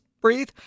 breathe